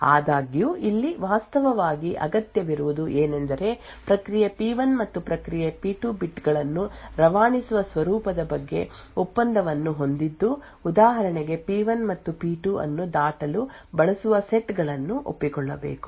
ಆದಾಗ್ಯೂ ಇಲ್ಲಿ ವಾಸ್ತವವಾಗಿ ಅಗತ್ಯವಿರುವುದು ಏನೆಂದರೆ ಪ್ರಕ್ರಿಯೆ ಪಿ1 ಮತ್ತು ಪ್ರಕ್ರಿಯೆ ಪಿ2 ಬಿಟ್ ಗಳನ್ನು ರವಾನಿಸುವ ಸ್ವರೂಪದ ಬಗ್ಗೆ ಒಪ್ಪಂದವನ್ನು ಹೊಂದಿದ್ದು ಉದಾಹರಣೆಗೆ ಪಿ ಮತ್ತು ಪಿ ಅನ್ನು ದಾಟಲು ಬಳಸುವ ಸೆಟ್ ಗಳನ್ನು ಒಪ್ಪಿಕೊಳ್ಳಬೇಕು